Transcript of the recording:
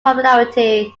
popularity